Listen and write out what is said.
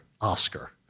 Oscar